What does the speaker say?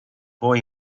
boy